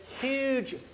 huge